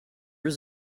was